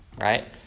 right